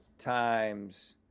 times,